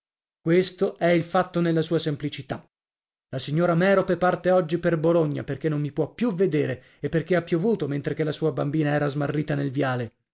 questo è il fatto nella sua semplicità la signora merope parte oggi per bologna perché non mi può più vedere e perché ha piovuto mentre che la sua bambina era smarrita nel viale